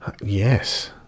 Yes